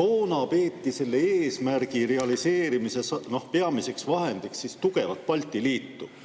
Toona peeti selle eesmärgi realiseerimise peamiseks vahendiks tugevat Balti liitu.